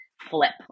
flip